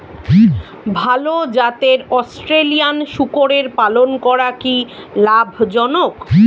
ভাল জাতের অস্ট্রেলিয়ান শূকরের পালন করা কী লাভ জনক?